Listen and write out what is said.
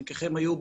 חלקכם היו בו,